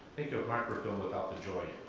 think of microfilm without the joy.